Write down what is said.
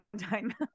time